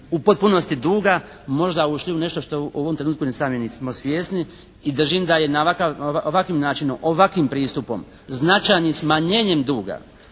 u potpunosti duga možda ušli u nešto što u ovom trenutku ni sami nismo svjesni i držim da je na ovakav, ovakvim načinom, ovakvim pristupom značajnim smanjenjem duga,